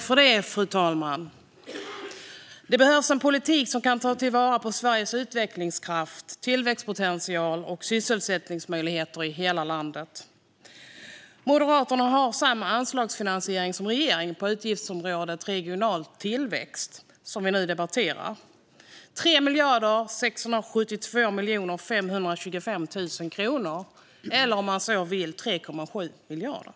Fru talman! Det behövs en politik som kan ta vara på Sveriges utvecklingskraft och tillväxtpotential och som kan ta till vara sysselsättningsmöjligheterna i hela landet. Moderaterna har samma anslagsfinansiering som regeringen på utgiftsområdet Regional tillväxt, som vi nu debatterar, det vill säga 3 672 525 000 kronor eller om man så vill 3,7 miljarder.